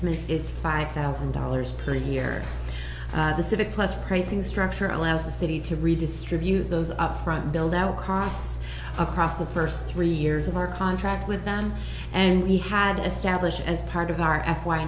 s is five thousand dollars per year the civic class pricing structure allows the city to redistribute those upfront build out costs across the first three years of our contract with them and we had established as part of our f y